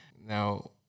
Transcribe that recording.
Now